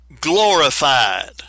glorified